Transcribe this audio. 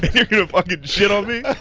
you're gonna fucking shit on me?